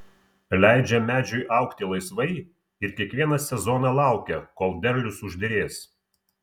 leidžia medžiui augti laisvai ir kiekvieną sezoną laukia kol derlius užderės